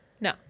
No